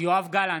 יואב גלנט,